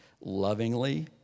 lovingly